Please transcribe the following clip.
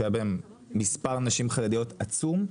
שעד היום מספר נשים חרדיות עצום,